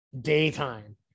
daytime